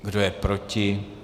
Kdo je proti?